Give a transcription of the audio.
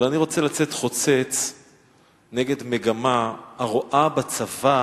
אבל אני רוצה לצאת חוצץ נגד מגמה הרואה בצבא